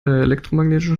elektromagnetischen